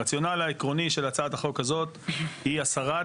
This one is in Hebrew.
הרציונל העקרוני של הצעת החוק הזאת היא הסרת,